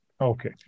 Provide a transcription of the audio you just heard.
Okay